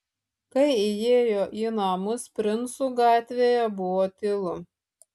kai įėjo į namus princų gatvėje buvo tylu